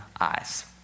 eyes